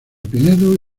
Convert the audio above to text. pinedo